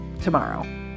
tomorrow